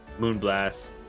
Moonblast